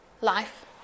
life